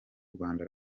rwanda